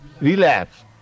relapse